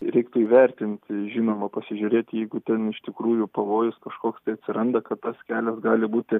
reiktų įvertinti žinoma pasižiūrėti jeigu ten iš tikrųjų pavojus kažkoks tai atsiranda kad tas kelias gali būti